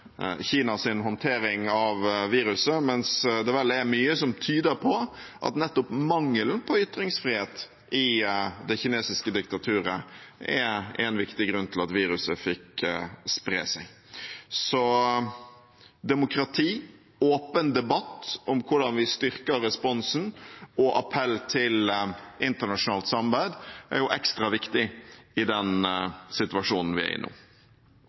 håndtering av viruset, mens det vel er mye som tyder på at nettopp mangelen på ytringsfrihet i det kinesiske diktaturet er en viktig grunn til at viruset fikk spre seg. Så demokrati og åpen debatt om hvordan vi styrker responsen, og appell til internasjonalt samarbeid er ekstra viktig i den situasjonen vi er